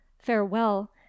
farewell